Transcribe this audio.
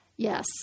Yes